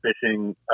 fishing